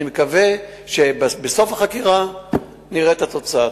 אני מקווה שבסוף החקירה נראה את התוצאה.